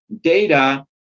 data